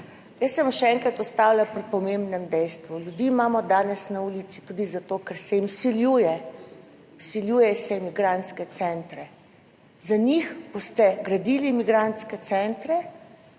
Jaz se bom še enkrat ustavila pri pomembnem dejstvu. Ljudi imamo danes na ulici tudi zato, ker se jim vsiljuje, vsiljuje se migrantske centre. Za njih boste gradili migrantske centre,